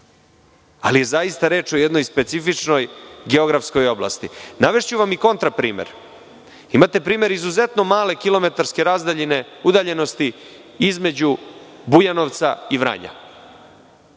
ali je zaista reč o jednoj specifičnoj geografskoj oblasti. Navešću vam i kontra primer. Imate primer izuzetno malo kilometarske razdaljine udaljenosti između Bujanovca i Vranja.